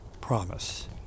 promise